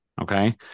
Okay